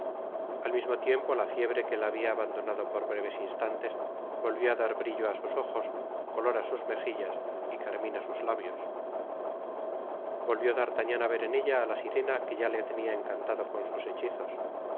al mismo tiempo la fiebre que la habia abandonado por breves instantes volvió á dar brillo á sus ojos color á sus mejillas y carmin á sus lábios volvió d'artagnan á ver en ella á la sirena que ya le tenia encantado con sus hechizos